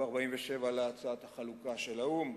וב-1947 להצעת החלוקה של האו"ם,